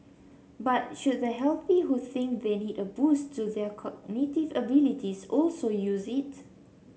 but should the healthy who think they need a boost to their cognitive abilities also use it